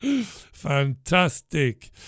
Fantastic